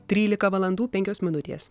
trylika valandų penkios minutės